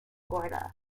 gorda